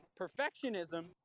perfectionism